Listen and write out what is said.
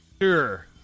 Sure